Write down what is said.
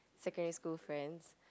secondary school friends